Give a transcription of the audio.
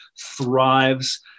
thrives